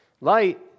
light